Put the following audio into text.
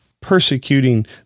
persecuting